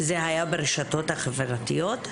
זה היה ברשתות החברתיות?